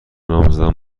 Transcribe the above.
نامزدم